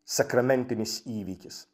sakramentinis įvykis